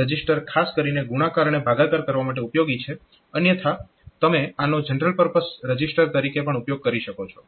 register ખાસ કરીને ગુણાકાર અને ભાગાકાર કરવા માટે ઉપયોગી છે અન્યથા તમે આનો જનરલ પરપઝ રજીસ્ટર તરીકે પણ ઉપયોગ કરી શકો છો